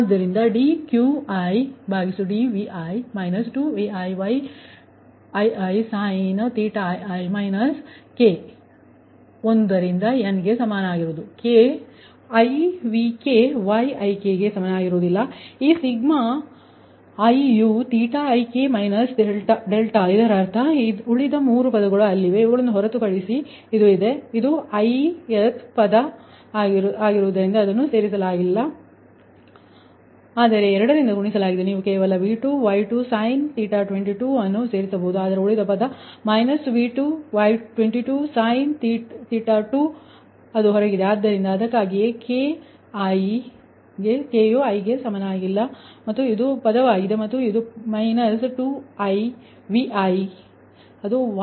ಆದ್ದರಿಂದ ಇದು dQidVi 2ViYiisin minus k 1 ರಿಂದ n'ಗೆ ಸಮವಾಗಿರುತ್ತದೆ k i VkYik ಈ ಸಿಗ್ಮಾ i'ಯು ik δ ಇದರರ್ಥ ಉಳಿದ 3 ಪದಗಳು ಅಲ್ಲಿವೆ ಇವುಗಳನ್ನು ಹೊರತುಪಡಿಸಿ ಇದು ಇದೆ ಇದು 'i' th ಪದ ಆದ್ದರಿಂದ ಅದನ್ನು ಸೇರಿಸಿಲ್ಲ ಆದರೆ 2 ರಿಂದ ಗುಣಿಸಲಾಗಿದೆ ನೀವು ಕೇವಲ V2Y22 sin ಅನ್ನು ಸೇರಿಸಬಹುದು ಆದರೆ ಉಳಿದ ಪದ ಮೈನಸ್ V2Y22 sin2ಅದು ಹೊರಗಿದೆ ಆದ್ದರಿಂದ ಅದಕ್ಕಾಗಿಯೇ ಕೆ ಐಗೆ ಸಮನಾಗಿಲ್ಲ ಮತ್ತು ಇದು ಪದವಾಗಿದೆ ಮತ್ತು ಇದು ಮೈನಸ್ 2Viಅದು Yi sini